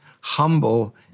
humble